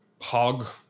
hog